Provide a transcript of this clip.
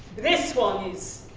this one is